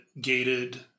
gated